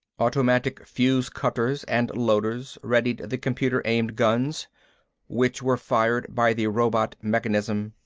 automatic fuse-cutters and loaders readied the computer-aimed guns which were fired by the robot mechanism.